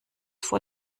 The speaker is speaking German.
vor